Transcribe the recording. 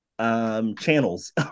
channels